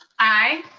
aye.